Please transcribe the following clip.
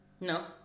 No